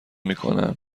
میکنن